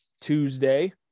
Tuesday